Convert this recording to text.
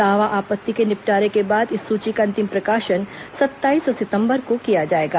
दावा आपत्ति के निपटारे के बाद इस सूची का अंतिम प्रकाशन सत्ताईस सितंबर को किया जाएगा